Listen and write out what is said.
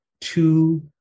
two